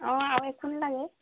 অ আৰু একো নালাগে